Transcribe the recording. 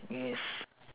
yes